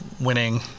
winning